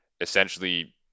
essentially